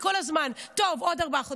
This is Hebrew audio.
סלמי, כל הזמן: טוב, עוד ארבעה חודשים,